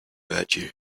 virtue